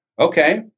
Okay